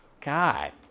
God